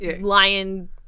lion